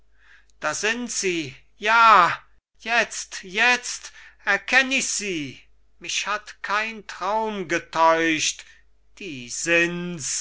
das sind sie ja jetzt jetzt erkenn ich sie mich hat kein traum getäuscht die sind's die